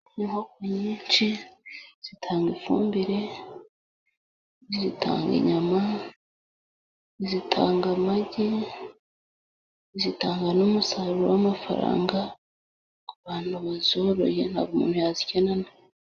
Inkoko nyinshi zitanga ifumbire, zitanga inyama, zitanga amagi ,zitanga n'umusaruro w'amafaranga, ku bantu bazoroye ntabwo umuntu yazikenana.